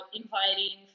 inviting